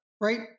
right